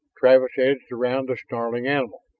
travis edged around the snarling animal.